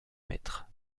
mètre